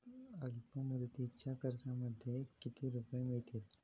अल्पमुदतीच्या कर्जामध्ये किती रुपये मिळतील?